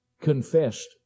confessed